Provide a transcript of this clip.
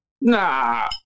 Nah